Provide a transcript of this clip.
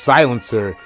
Silencer